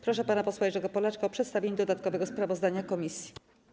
Proszę pana posła Jerzego Polaczka o przedstawienie dodatkowego sprawozdania komisji.